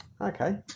okay